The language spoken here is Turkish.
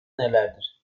nelerdir